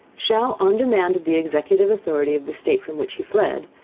shall on demand of the executive authority of the state from which he fled,